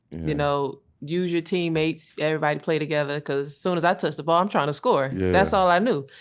you know use your teammates. everybody play together cause soon as i touched the ball i'm trying to score. that's all i knew.